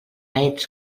ets